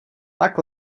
tak